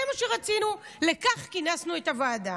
זה מה שרצינו, לכך כינסנו את הוועדה.